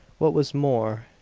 what was more,